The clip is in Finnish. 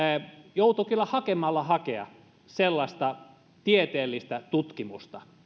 joutuu kyllä hakemalla hakemaan sellaista tieteellistä tutkimusta